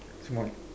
small